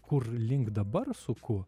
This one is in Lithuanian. kurlink dabar suku